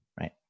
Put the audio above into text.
right